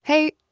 hey.